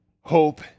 hope